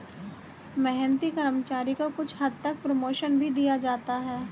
मेहनती कर्मचारी को कुछ हद तक प्रमोशन भी दिया जाता है